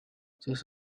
just